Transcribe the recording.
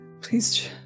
Please